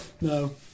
No